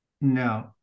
no